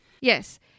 Yes